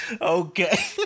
okay